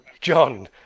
John